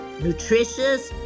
nutritious